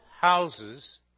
houses